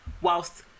whilst